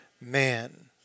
man